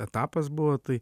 etapas buvo tai